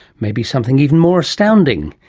maybe something even more astounding,